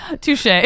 touche